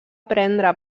prendre